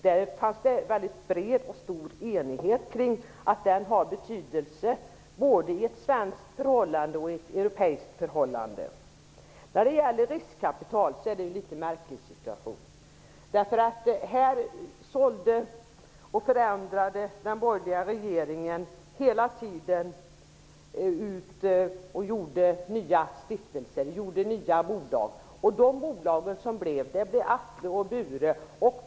Det finns en väldigt stor enighet kring den och att den har betydelse för både svenska och europeiska förhållanden. När det gäller riskkapital är situationen litet märklig. Den borgerliga regeringen ägnade sig under hela sin tid vid makten åt utförsäljningar och att göra nya stiftelser och nya bolag.